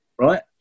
right